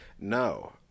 No